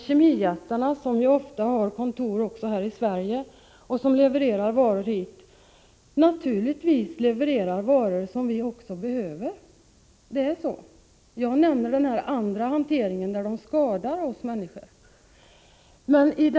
Kemijättarna, som ofta har kontor även i Sverige och som levererar varor hit, levererar naturligtvis också varor som vi behöver. Jag tog upp den andra hanteringen, den som skadar oss människor.